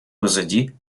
позади